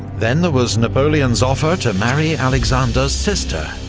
then there was napoleon's offer to marry alexander's sister,